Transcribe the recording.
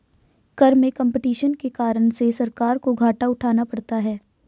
कर में कम्पटीशन के कारण से सरकार को घाटा उठाना पड़ता है